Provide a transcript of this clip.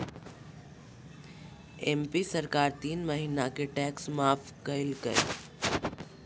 MP सरकार तीन महीना के टैक्स माफ कइल कय